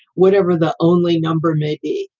whatever. the only number maybe.